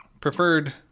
preferred